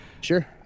Sure